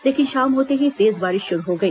लेकिन शाम होते ही तेज बारिश शुरू हो गई